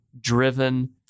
driven